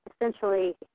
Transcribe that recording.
essentially